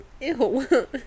Ew